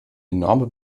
enorme